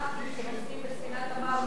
שכחתם שנוסעים בספינה ה"מרמרה"